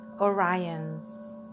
Orions